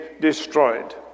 destroyed